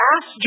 Ask